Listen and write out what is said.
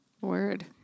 Word